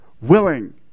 willing